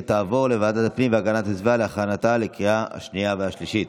ותעבור לוועדת הפנים והגנת הסביבה להכנתה לקריאה השנייה והשלישית.